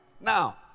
Now